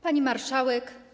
Pani Marszałek!